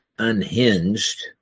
unhinged